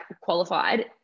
qualified